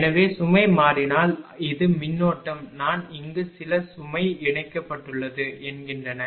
எனவே சுமை மாறினால் இது மின்னோட்டம் நான் இங்கு சில சுமை இணைக்கப்பட்டுள்ளது என்கிறேன்